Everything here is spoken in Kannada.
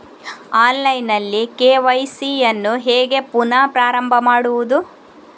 ಆನ್ಲೈನ್ ನಲ್ಲಿ ಕೆ.ವೈ.ಸಿ ಯನ್ನು ಹೇಗೆ ಪುನಃ ಪ್ರಾರಂಭ ಮಾಡುವುದು?